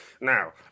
Now